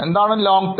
എന്താണ് long term